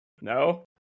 No